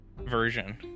Version